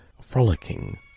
frolicking